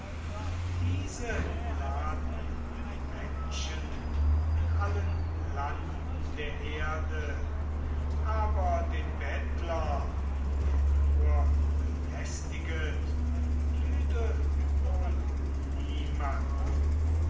diese laden die menschen in allen landen der erde aber den bettler der nur belästiget lüde wohl niemand